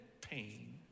pain